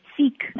seek